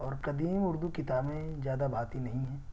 اور قدیم اردو کتابیں زیادہ بھاتی نہیں ہیں